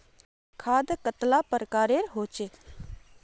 खाद कतेला प्रकारेर होचे?